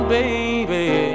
baby